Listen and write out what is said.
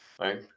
right